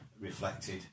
reflected